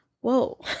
whoa